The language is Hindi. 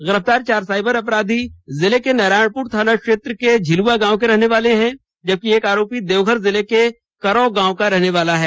गिरफ़तार चार साइबर अपराधी जिले के नारायणपुर थाना क्षेत्र के झिलुवा गांव के रहने है जबकि एक आरोपी देवघर जिले के करौ गांव का रहने वाला है